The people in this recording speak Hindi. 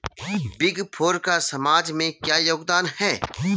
बिग फोर का समाज में क्या योगदान है?